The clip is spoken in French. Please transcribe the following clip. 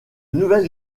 nouvelle